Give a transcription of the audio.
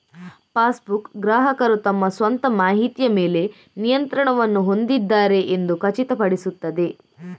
passbook, ಗ್ರಾಹಕರು ತಮ್ಮ ಸ್ವಂತ ಮಾಹಿತಿಯ ಮೇಲೆ ನಿಯಂತ್ರಣವನ್ನು ಹೊಂದಿದ್ದಾರೆ ಎಂದು ಖಚಿತಪಡಿಸುತ್ತದೆ